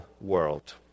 world